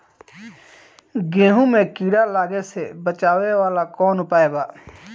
गेहूँ मे कीड़ा लागे से बचावेला कौन उपाय बा?